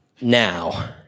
now